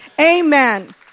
Amen